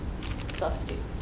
self-esteem